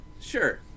sure